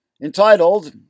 Entitled